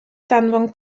danfon